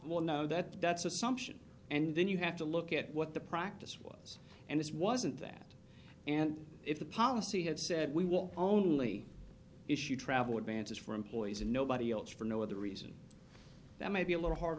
will know that that's assumption and then you have to look at what the practice was and this wasn't that and if the policy had said we will only issue travel advances for employees and nobody else for no other reason that might be a little hard